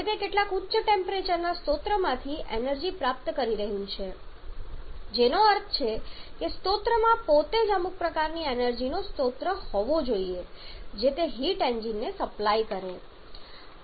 હવે તે કેટલાક ઉચ્ચ ટેમ્પરેચરના સ્ત્રોતમાંથી એનર્જી પ્રાપ્ત કરી રહ્યું છે જેનો અર્થ છે કે સ્ત્રોતમાં પોતે જ અમુક પ્રકારની એનર્જી નો સ્ત્રોત હોવો જોઈએ જે તે હીટ એન્જિનને સપ્લાય કરી શકે